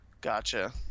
gotcha